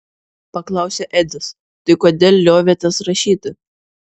paklausė edis tai kodėl liovėtės rašyti